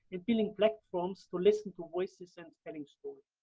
and building platforms to listen to voices and telling stories.